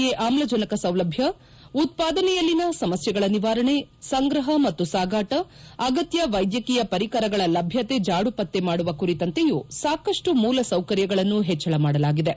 A ಆಮ್ಲಜನಕ ಸೌಲಭ್ಯ ಉತ್ಪಾದನೆಯಲ್ಲಿನ ಸಮಸ್ಥೆಗಳ ನಿವಾರಣೆ ಸಂಗ್ರಹ ಮತ್ತು ಸಾಗಾಟ ಅಗತ್ಯ ವೈದ್ಯಕೀಯ ಪರಿಕರಗಳ ಲಭ್ಯತೆ ಜಾಡು ಪತ್ತೆ ಮಾಡುವ ಕುರಿತಂತೆಯೂ ಸಾಕಮ್ವು ಮೂಲ ಸೌಕರ್ಯಗಳನ್ನು ಹೆಚ್ಚಳ ಮಾಡಲಾಗಿದೆ